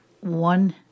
one